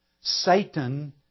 Satan